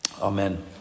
Amen